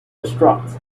distraught